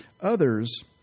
Others